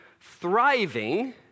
thriving